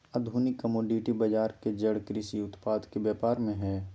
आधुनिक कमोडिटी बजार के जड़ कृषि उत्पाद के व्यापार में हइ